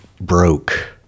broke